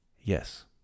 Yes